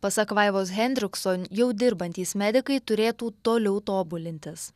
pasak vaivos hendrikson jau dirbantys medikai turėtų toliau tobulintis